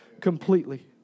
completely